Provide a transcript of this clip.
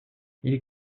est